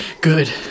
Good